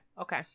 Okay